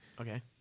Okay